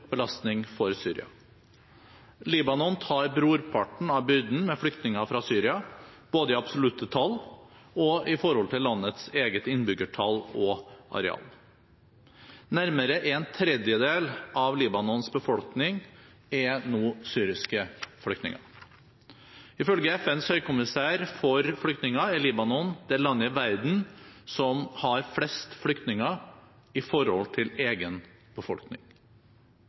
belastning for Libanon. Libanon tar brorparten av byrden med flyktninger fra Syria, både i absolutte tall og i forhold til landets eget innbyggertall og areal. Nærmere en tredjedel av Libanons befolkning er nå syriske flyktninger. Ifølge FNs høykommissær for flyktninger er Libanon det landet i verden som har flest flyktninger i forhold til egen befolkning.